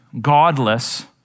godless